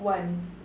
one